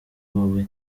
wowe